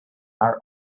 are